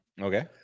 Okay